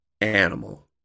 animal